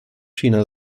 china